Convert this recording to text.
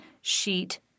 sheet